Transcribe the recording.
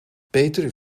peter